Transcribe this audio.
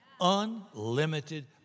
Unlimited